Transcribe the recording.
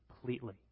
completely